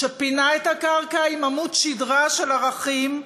שפינה את הקרקע עם עמוד שדרה של ערכים.